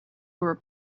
were